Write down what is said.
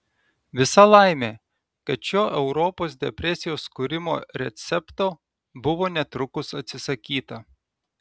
visa laimė kad šio europos depresijos kūrimo recepto buvo netrukus atsisakyta